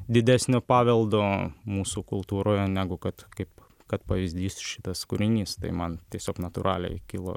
didesnio paveldo mūsų kultūroje negu kad kaip kad pavyzdys šitas kūrinys tai man tiesiog natūraliai kilo